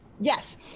Yes